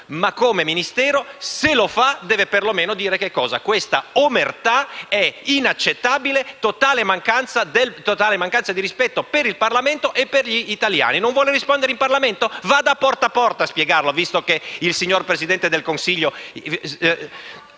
fa come Ministero, deve per lo meno renderlo noto. Questa omertà è inaccettabile ed è una totale mancanza di rispetto per il Parlamento e per gli italiani. Non vuole rispondere in Parlamento? Vada a «Porta a Porta» a spiegarlo, visto che il signor Presidente del Consiglio